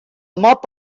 mop